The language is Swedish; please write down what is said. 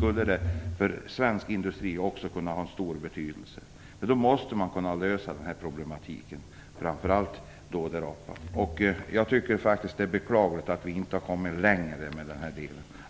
skulle det också kunna ha stor betydelse för svensk industri. Men då måste vi lösa problemen där uppe. Jag tycker faktiskt att det är beklagligt att vi inte har kommit längre i den här delen.